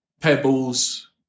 Pebbles